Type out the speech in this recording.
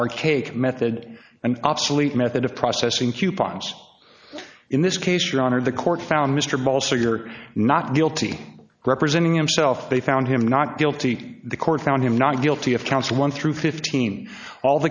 archaic method and obsolete method of processing coupons in this case your honor the court found mr ball so you're not guilty representing himself they found him not guilty the court found him not guilty of counts one through fifteen all